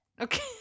Okay